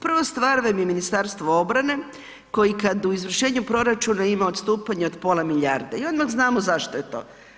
Prva stvar je Ministarstvo obrane, koje kad u izvršenju proračuna ima odstupanja od pola milijarde i odmah znamo zašto je to.